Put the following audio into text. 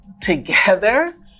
together